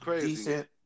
decent